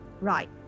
right